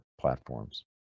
platforms